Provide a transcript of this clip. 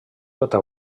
tota